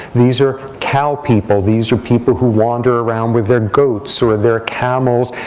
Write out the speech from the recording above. these are cow people. these are people who wander around with their goats, or their camels.